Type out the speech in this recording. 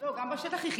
גם בשטח היא חילקה.